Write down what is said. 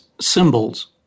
symbols